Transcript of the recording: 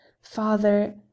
Father—